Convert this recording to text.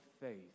faith